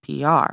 PR